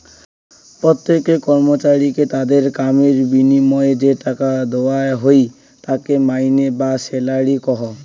প্রত্যেক কর্মচারীকে তাদের কামের বিনিময়ে যে টাকা দেওয়া হই তাকে মাইনে বা স্যালারি কহু